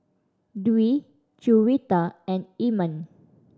Dwi Juwita and Iman